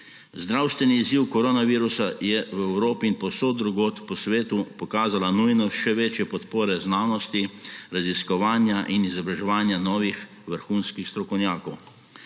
Zdravstveni izziv koronavirusa je v Evropi in povsod drugod po svetu pokazal nujnost še večje podpore znanosti, raziskovanju in izobraževanju novih vrhunskih strokovnjakov.